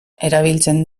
erabiltzen